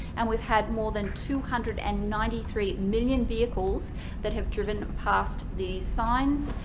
and we've had more than two hundred and ninety three million vehicles that have driven past these signs,